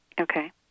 Okay